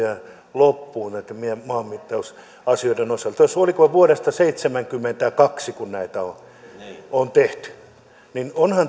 loppuun näitten meidän maanmittausasioiden osalta kun oliko vuodesta seitsemänkymmentäkaksi näitä on tehty niin onhan